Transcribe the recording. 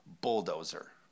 Bulldozer